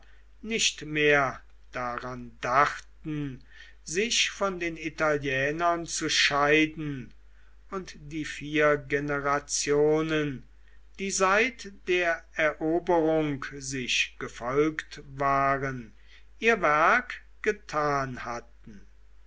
nicht mehr daran dachten sich von den italienern zu scheiden und die vier generationen die seit der eroberung sich gefolgt waren ihr werk getan hatten